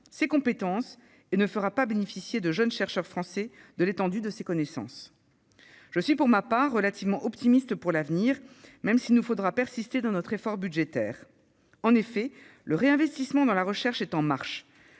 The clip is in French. ses compétences. En outre, il ne fera pas bénéficier de jeunes chercheurs français de l'étendue de ses connaissances. Je suis pour ma part assez optimiste pour l'avenir, même s'il nous faudra persister dans notre effort budgétaire. En effet, le réinvestissement dans la recherche est en marche.